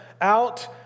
out